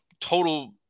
total